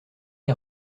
est